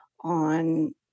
on